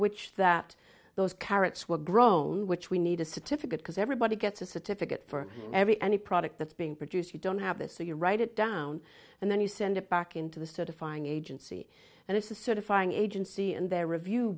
which that those carrots were grown which we need a certificate because everybody gets a certificate for every any product that's being produced you don't have it so you write it down and then you send it back into the certifying agency and it's acidifying agency and their review